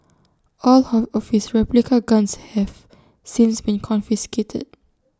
all of his of replica guns have since been confiscated